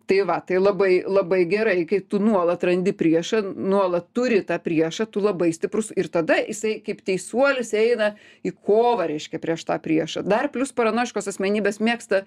tai va tai labai labai gerai kai tu nuolat randi priešą nuolat turi tą priešą tu labai stiprus ir tada jisai kaip teisuolis eina į kovą reiškia prieš tą priešą dar plius paranojiškos asmenybės mėgsta